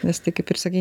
nes tai kaip ir sakei